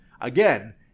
Again